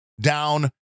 down